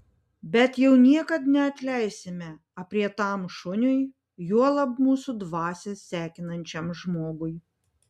bet jau niekad neatleisime aprietam šuniui juolab mūsų dvasią sekinančiam žmogui